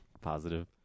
Positive